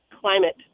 Climate